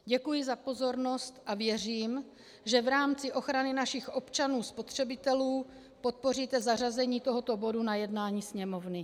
Děkuji za pozornost a věřím, že v rámci ochrany našich občanů spotřebitelů podpoříte zařazení tohoto bodu na jednání Sněmovny.